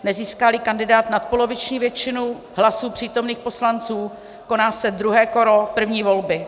Nezískáli kandidát nadpoloviční většinu hlasů přítomných poslanců, koná se druhé kolo první volby.